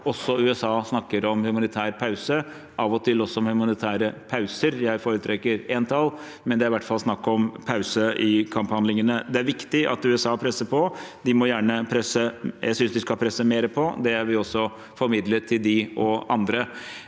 USA snakker om humanitær pause, av og til også om humanitære pauser. Jeg foretrekker entall, men det er i hvert fall snakk om pause i kamphandlingene. Det er viktig at USA presser på. Jeg synes de skal presse mer på; det har vi også formidlet til dem og andre.